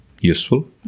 useful